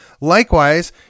Likewise